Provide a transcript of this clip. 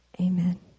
Amen